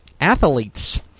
Athletes